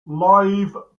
live